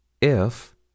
If